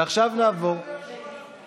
אבל זה החלק הקל והקטן בהתמודדות עם הנגיף הזה.